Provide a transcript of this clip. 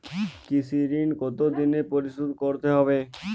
কৃষি ঋণ কতোদিনে পরিশোধ করতে হবে?